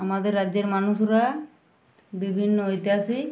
আমাদের রাজ্যের মানুষরা বিভিন্ন ঐতিহাসিক